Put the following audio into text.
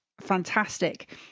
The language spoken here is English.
fantastic